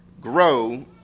grow